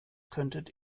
könntet